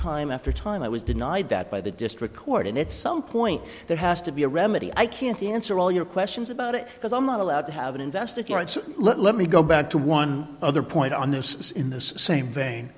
time after time i was denied that by the district court and it's some point there has to be a remedy i can't answer all your questions about it because i'm not allowed to have an investigation so let me go back to one other point on this is in this same